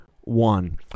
one